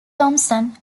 thomson